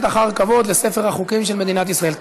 אחר כבוד לספר החוקים של מדינת ישראל.